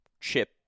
Chip